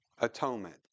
atonement